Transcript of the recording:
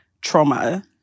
trauma